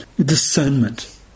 discernment